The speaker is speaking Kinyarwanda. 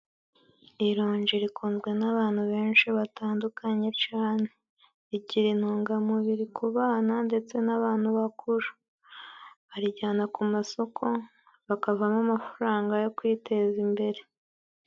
Iri rongi rikunzwe n'abantu benshi batandukanye cane, rigira intungamubiri ku bana ndetse n'abantu bakuru， barijyana ku masoko， hakavamo amafaranga yo kwiteza imbere.